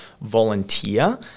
volunteer